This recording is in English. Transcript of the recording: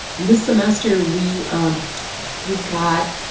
this semester we we got